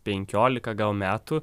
penkiolika gal metų